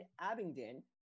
Abingdon